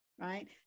right